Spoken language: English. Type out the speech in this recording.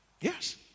Yes